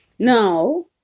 Now